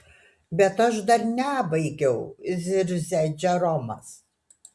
bet aš dar nebaigiau zirzė džeromas